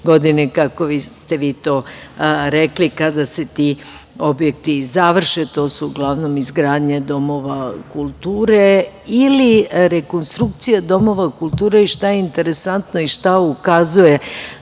da posetim iduće godine kada se ti objekti završe. To su uglavnom izgradnje domova kulture ili rekonstrukcija domova kulture. Šta je interesantno i šta ukazuje